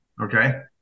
Okay